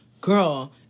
Girl